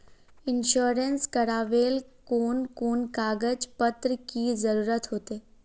Insurance करावेल कोन कोन कागज पत्र की जरूरत होते?